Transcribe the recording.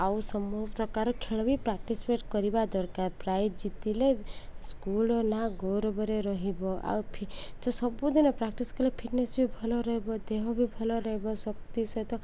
ଆଉ ସବୁ ପ୍ରକାର ଖେଳ ବି ପାଟିସିପେଟ କରିବା ଦରକାର ପ୍ରାଇଜ ଜିତିଲେ ସ୍କୁଲର ନାଁ ଗୌରବରେ ରହିବ ଆଉ ତ ସବୁଦିନ ପ୍ରାକ୍ଟିସ୍ କଲେ ଫିଟନେସ୍ ବି ଭଲ ରହିବ ଦେହ ବି ଭଲ ରହିବ ଶକ୍ତି ସହିତ